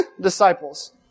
disciples